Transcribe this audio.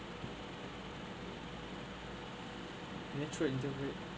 and then through in the break